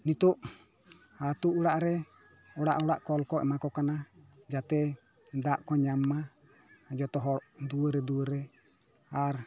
ᱱᱤᱛᱳᱜ ᱟᱛᱳ ᱚᱲᱟᱜ ᱨᱮ ᱚᱲᱟᱜ ᱚᱲᱟᱜ ᱠᱚᱞ ᱠᱚ ᱮᱢᱟ ᱠᱚ ᱠᱟᱱᱟ ᱡᱟᱛᱮ ᱫᱟᱜ ᱠᱚ ᱧᱟᱢ ᱢᱟ ᱡᱚᱛᱚ ᱦᱚᱲ ᱫᱩᱣᱟᱹᱨ ᱨᱮ ᱫᱩᱣᱟᱹᱨ ᱨᱮ ᱟᱨ